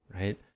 right